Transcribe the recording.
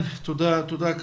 תודה.